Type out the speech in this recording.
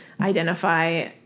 identify